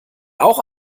auch